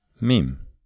mim